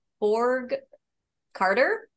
Borg-Carter